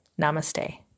Namaste